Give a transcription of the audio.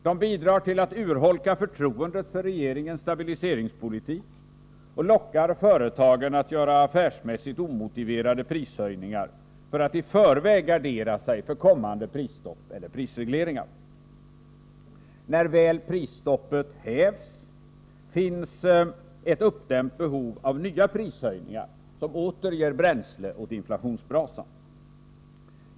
De bidrar till att urholka förtroendet för regeringens stabiliseringspolitik, och de lockar företagen att göra affärsmässigt omotiverade prishöjningar för att de i förväg skall kunna gardera sig för kommande prisstopp eller prisregleringar. När prisstoppet väl hävs, finns det ett uppdämt behov av nya prishöjningar som åter ger bränsle åt inflationsbrasan.